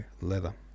leather